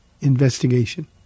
investigation